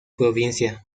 provincia